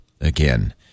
again